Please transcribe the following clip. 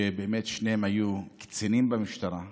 שבאמת, שניהם היו קצינים במשטרה,